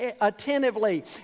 attentively